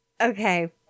Okay